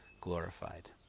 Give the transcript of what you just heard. glorified